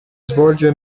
svolge